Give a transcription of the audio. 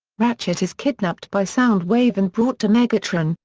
ratchet is kidnapped by soundwave and brought to megatron,